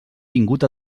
vingut